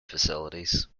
facilities